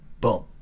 boom